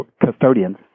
custodians